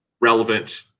relevant